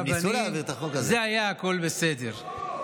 אז הכול היה בסדר.